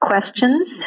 questions